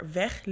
weg